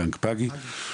בנק פאגי.